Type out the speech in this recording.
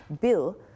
bill